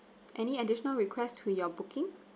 any additional requests to your booking